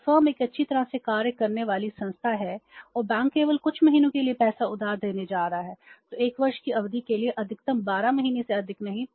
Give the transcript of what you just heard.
जब फर्म एक अच्छी तरह से कार्य करने वाली संस्था है और बैंक केवल कुछ महीनों के लिए पैसा उधार देने जा रहे हैं तो एक वर्ष की अवधि के लिए अधिकतम 12 महीने से अधिक नहीं हैं